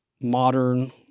modern